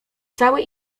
cały